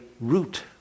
root